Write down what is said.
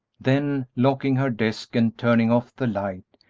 then, locking her desk and turning off the light,